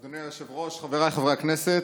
אדוני היושב-ראש, חבריי חברי הכנסת,